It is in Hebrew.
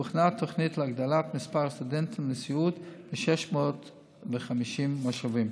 הוכנה תוכנית להגדלת מספר הסטודנטים לסיעוד ב־650 מושבים.